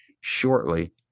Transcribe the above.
shortly